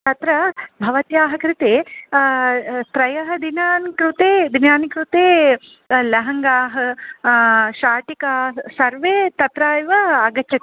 तत्र भवत्याः कृते त्रयः दिनान् कृते दिनानि कृते लहङ्गाः शाटिका सर्वं तत्र एव आगच्छति